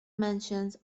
mansions